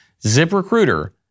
ZipRecruiter